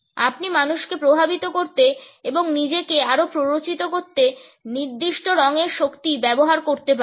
আপনি মানুষকে প্রভাবিত করতে এবং নিজেকে আরও প্ররোচিত করতে নির্দিষ্ট রঙের শক্তি ব্যবহার করতে পারেন